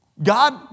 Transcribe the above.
God